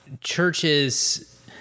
churches